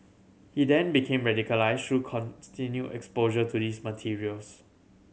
he then became radicalised through continued exposure to these materials